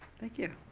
thank you.